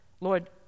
Lord